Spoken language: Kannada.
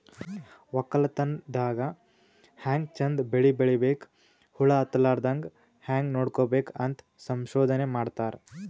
ವಕ್ಕಲತನ್ ದಾಗ್ ಹ್ಯಾಂಗ್ ಚಂದ್ ಬೆಳಿ ಬೆಳಿಬೇಕ್, ಹುಳ ಹತ್ತಲಾರದಂಗ್ ಹ್ಯಾಂಗ್ ನೋಡ್ಕೋಬೇಕ್ ಅಂತ್ ಸಂಶೋಧನೆ ಮಾಡ್ತಾರ್